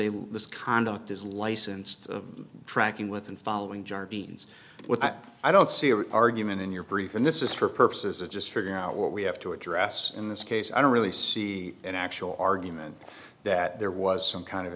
law this conduct is licensed of tracking with and following jardins what i don't see your argument in your brief and this is for purposes of just figuring out what we have to address in this case i don't really see an actual argument that there was some kind of